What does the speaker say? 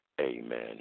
Amen